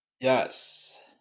yes